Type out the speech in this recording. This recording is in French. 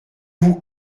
vous